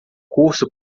curso